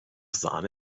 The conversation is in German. sahne